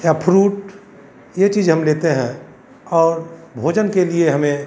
या फ्रूट यह चीज़ हम लेते हैं और भोजन के लिए हमें